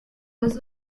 was